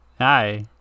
Hi